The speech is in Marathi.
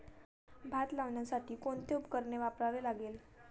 भात लावण्यासाठी कोणते उपकरण वापरावे लागेल?